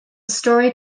story